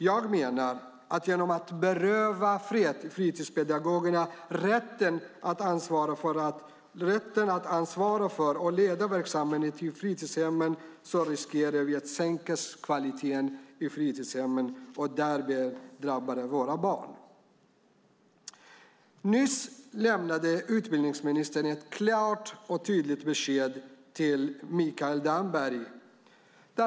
Jag menar att vi genom att beröva fritidspedagogerna rätten att ansvara för och leda verksamheten i fritidshemmen riskerar att sänka kvaliteten i fritidshemmen, och det drabbar våra barn. Nyss lämnade utbildningsministern ett klart och tydligt besked till Mikael Damberg.